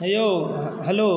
है यौ हेलो